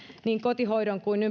niin kotihoidon kuin